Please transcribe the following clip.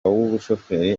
w’ubushoferi